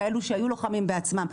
כאלה שהיו לוחמים בעצמם,